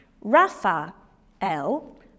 Raphael